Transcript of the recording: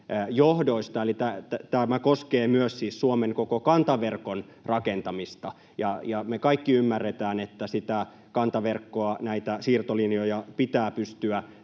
siis koskee myös koko Suomen kantaverkon rakentamista. Ja me kaikki ymmärretään, että sitä kantaverkkoa, näitä siirtolinjoja, pitää pystyä